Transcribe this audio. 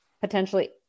potentially